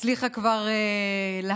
הצליחה כבר להרוס